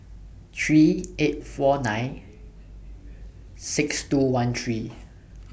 three eight four nine six two one three